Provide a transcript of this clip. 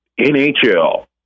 NHL